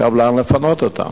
עכשיו, לאן לפנות אותם?